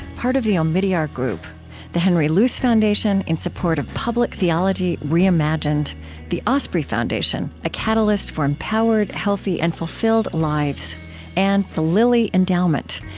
part of the omidyar group the henry luce foundation, in support of public theology reimagined the osprey foundation a catalyst for empowered, healthy, and fulfilled lives and the lilly endowment,